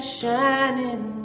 Shining